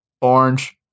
Orange